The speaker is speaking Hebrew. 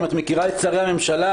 אם את מכירה את שרי הממשלה,